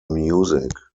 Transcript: music